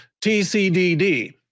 TCDD